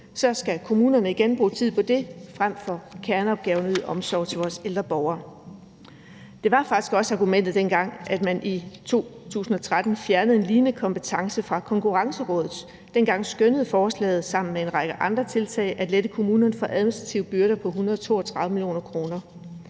Så skal kommunerne igen bruge tid på det frem for på kerneopgaven: at yde omsorg til vores ældre borgere. Det var faktisk også argumentet, dengang man i 2013 fjernede en lignende kompetence fra Konkurrencerådet. Dengang skønnede man, at forslaget sammen med en række andre tiltag kunne lette kommunerne for administrative byrder på 132 mio. kr.